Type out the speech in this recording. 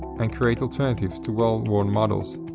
and create alternatives to well-worn models.